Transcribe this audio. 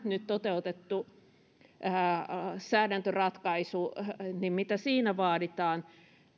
nyt toteutetussa säädäntöratkaisussa vaaditaan